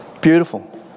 Beautiful